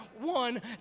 one